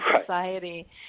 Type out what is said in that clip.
society